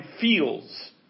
feels